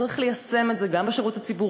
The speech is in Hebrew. וצריך ליישם את זה גם בשירות הציבורי,